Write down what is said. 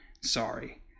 Sorry